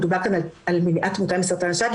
מדובר כאן על מניעת תמותה מסרטן השד,